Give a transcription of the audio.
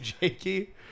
Jakey